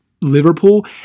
Liverpool